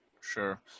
sure